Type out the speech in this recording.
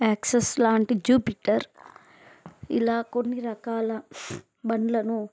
access లాంటి Jupiter ఇలా కొన్ని రకాల బండ్లను